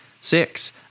Six